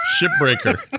Shipbreaker